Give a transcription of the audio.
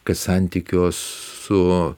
kad santykio su